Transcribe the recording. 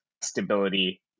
stability